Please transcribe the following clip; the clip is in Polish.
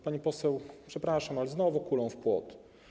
Pani poseł, przepraszam, ale znowu kulą w płot.